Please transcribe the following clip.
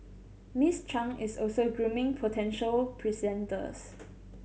Miss Chang is also grooming potential presenters